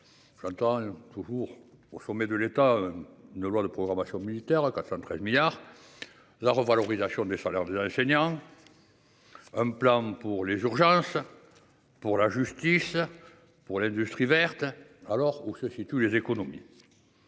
Entends toujours au sommet de l'État. Ne loi de programmation militaire 413 milliards. La revalorisation de chaleur de l'ingénieur. Un plan pour les urgences. Pour la justice. Pour l'industrie verte, alors où se situe les économies.